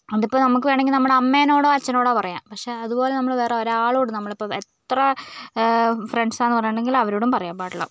അതിപ്പോൾ നമുക്ക് വേണമെങ്കിൽ നമ്മടെ അമ്മേനോടോ അച്ഛനോടൊ പറയാം പക്ഷേ അതുപോലെ നമ്മൾ വേറെ ഒരാളോടും നമ്മളിപ്പോൾ എത്ര ഫ്രണ്ട്സ് ആണെന്ന് പറഞ്ഞിട്ടുണ്ടെങ്കിലും അവരോടും പറയാൻ പാടില്ല